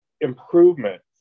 improvement